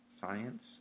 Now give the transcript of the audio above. Science